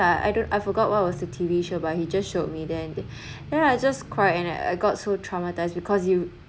I don't I forgot what was a T_V show but he just showed me there then I just cried and I got so traumatized because you